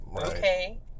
okay